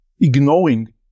ignoring